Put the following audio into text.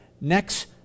next